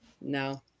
No